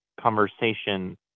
conversation